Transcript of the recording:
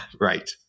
Right